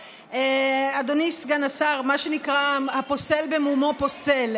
אדוני סגן השר, מה שנקרא, הפוסל במומו פוסל.